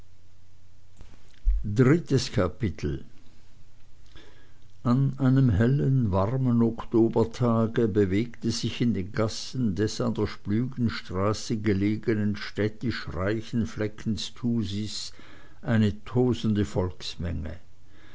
drittes kapitel an einem hellen warmen oktobertage bewegte sich in den gassen des an der splügenstraße gelegenen städtisch reichen fleckens thusis eine tosende volksmenge